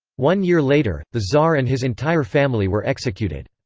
one year later, the tsar and his entire family were executed.